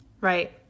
Right